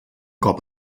cop